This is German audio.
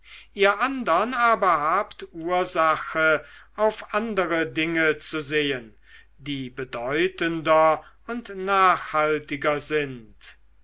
ihr andern aber habt ursache auf andere dinge zu sehen die bedeutender und nachhaltiger sind